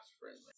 friendly